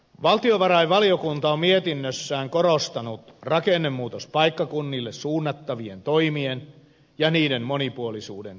valtiovarainvaliokunta on mietinnössään korostanut rakennemuutospaikkakunnille suunnattavien toimien ja niiden monipuolisuuden tärkeyttä